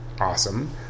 awesome